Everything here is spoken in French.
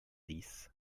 dix